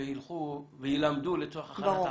נלמדים ויילמדו לצורך הכנת המסמך.